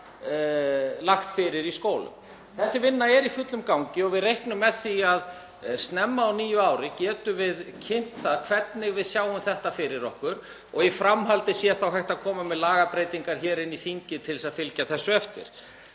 Þessi vinna er í fullum gangi og við reiknum með því að snemma á nýju ári getum við kynnt það hvernig við sjáum þetta fyrir okkur og í framhaldi sé þá hægt að koma með lagabreytingar inn í þingið til þess að fylgja því eftir.